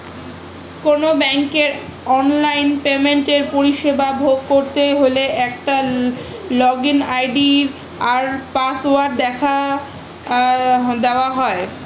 কোনো ব্যাংকের অনলাইন পেমেন্টের পরিষেবা ভোগ করতে হলে একটা লগইন আই.ডি আর পাসওয়ার্ড দেওয়া হয়